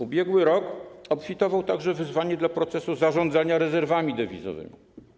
Ubiegły rok obfitował także w wyzwania dla procesu zarządzania rezerwami dewizowymi.